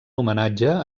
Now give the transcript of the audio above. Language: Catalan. homenatge